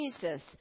Jesus